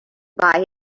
buy